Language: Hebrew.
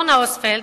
אורנה אוסטפלד,